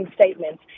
statements